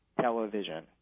television